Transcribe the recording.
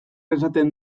esaten